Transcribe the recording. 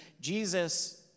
Jesus